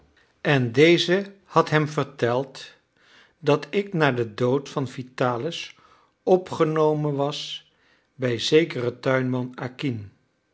en deze had hem verteld dat ik na den dood van vitalis opgenomen was bij zekeren tuinman